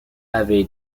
avaient